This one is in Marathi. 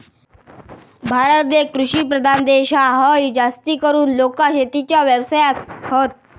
भारत एक कृषि प्रधान देश हा, हय जास्तीकरून लोका शेतीच्या व्यवसायात हत